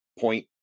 point